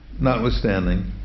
notwithstanding